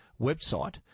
website